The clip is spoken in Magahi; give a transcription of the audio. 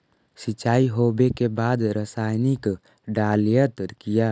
सीचाई हो बे के बाद रसायनिक डालयत किया?